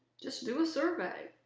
just do a survey.